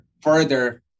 further